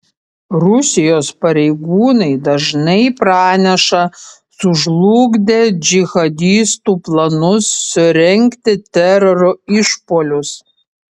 rusijos pareigūnai dažnai praneša sužlugdę džihadistų planus surengti teroro išpuolius